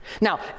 Now